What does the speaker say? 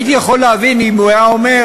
הייתי יכול להבין אם הוא היה אומר,